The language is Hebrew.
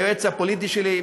היועץ הפוליטי שלי.